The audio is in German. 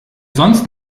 sonst